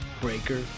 Breaker